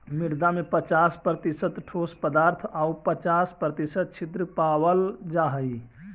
मृदा में पच्चास प्रतिशत ठोस पदार्थ आउ पच्चास प्रतिशत छिद्र पावल जा हइ